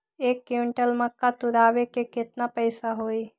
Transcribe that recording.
एक क्विंटल मक्का तुरावे के केतना पैसा होई?